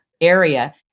area